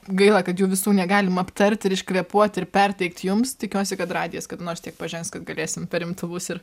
gaila kad jų visų negalim aptart ir iškvėpuot ir perteikt jums tikiuosi kad radijas kada nors tiek pažengs kad galėsim per imtuvus ir